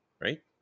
right